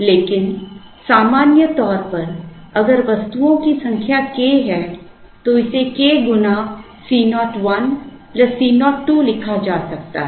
लेकिन सामान्य तौर पर अगर वस्तुओं की संख्या k है तो इसे k गुना C 0 1 C 0 2 लिखा जा सकता है